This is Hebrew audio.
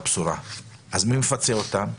מי מפצה אותם?